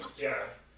Yes